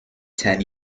ten